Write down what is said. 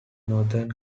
northern